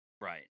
right